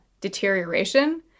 deterioration